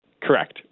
Correct